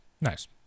Nice